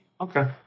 Okay